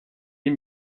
les